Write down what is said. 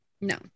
no